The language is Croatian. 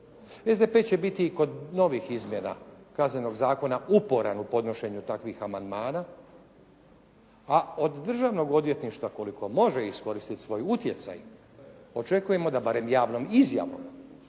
SDP će biti kod novih izmjena Kaznenog zakona uporan u podnošenju takvih amandmana a od Državnog odvjetništva koliko može iskoristiti svoj utjecaj očekujemo da barem javnom izjavom